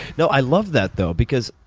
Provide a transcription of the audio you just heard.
no, i love that though, because,